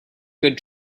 good